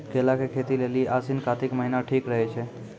केला के खेती के लेली आसिन कातिक महीना ठीक रहै छै